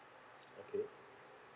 okay